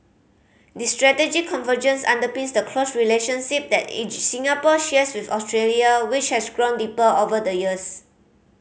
this strategic convergence underpins the close relationship that Singapore shares with Australia which has grown deeper over the years